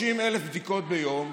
30,000 בדיקות ביום,